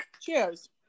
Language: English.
cheers